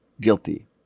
guilty